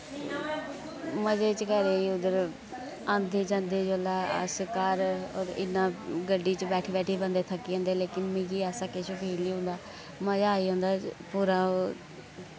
मजे च गै रेह् उध्दर आंदे जंदे जुल्लै अस घर इ'न्ना गड्डी च बैठी बैठी बंदे थक्की जन्दे लेकिन मिकी ऐसा किश फील निं होंदा मजा आई जंदा पूरा ओह्